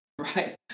Right